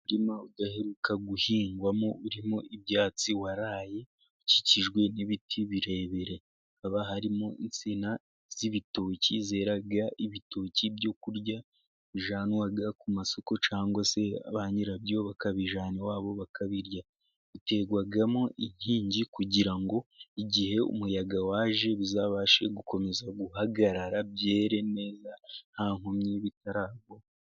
Umurima udaheruka guhingwamo urimo ibyatsi waraye, ukikijwe n'ibiti birebire. Haba hrimo insina z'ibitoki byeramo ibitoki byo kurya, bijyanwa ku masoko cyangwa se ba nyirabyo bakabijyana iwabo bakabirya. Biterwamo inkingi kugira ngo igihe umuyaga waje bizabashe gukomeza guhagarara byere neza nta nkomyi bitarabaho.